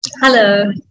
Hello